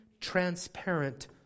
transparent